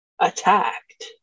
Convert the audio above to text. attacked